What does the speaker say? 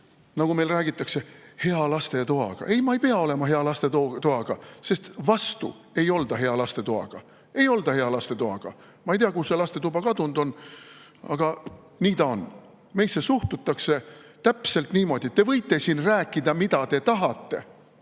nagu meil räägitakse, hea lastetoaga. Ei, ma ei pea olema hea lastetoaga, sest vastu ei olda hea lastetoaga. Ei olda hea lastetoaga. Ma ei tea, kuhu see lastetuba kadunud on, aga nii ta on. Meisse suhtutakse täpselt niimoodi: "Te võite siin rääkida, mida te tahate,